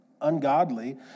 ungodly